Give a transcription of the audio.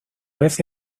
vez